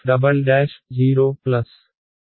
x36 f"